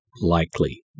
likely